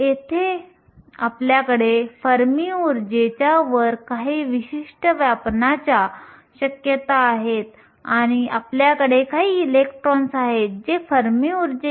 जर आपण n p या वस्तुस्थितीचा वापर केला तर अंतर्गत सेमीकंडक्टरसाठी n p ni असते